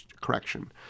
correction